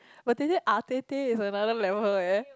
but they said is another level eh